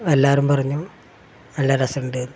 എല്ലാവരും പറഞ്ഞു നല്ല രസമുണ്ട്